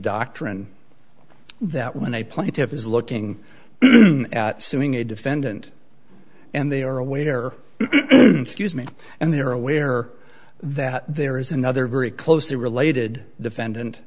doctrine that when a plaintive is looking at suing a defendant and they are aware scuse me and they are aware that there is another very closely related defendant